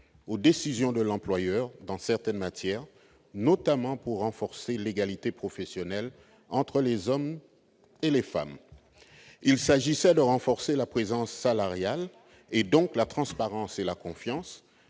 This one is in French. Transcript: aux décisions de l'employeur dans certaines matières, notamment pour renforcer l'égalité professionnelle entre les hommes et les femmes. Il s'agissait de renforcer la présence salariale et, donc, la transparence et la confiance,